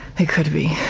it could be.